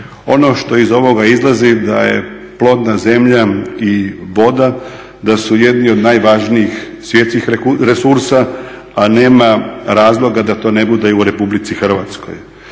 Ono što iz ovog izlazi da je plodna zemlja i voda da su jedni od najvažnijih svjetskih resursa a nema razloga da to ne bude i u Republici Hrvatskoj.